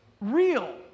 real